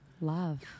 love